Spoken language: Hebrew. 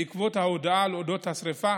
בעקבות ההודעה על אודות השרפה,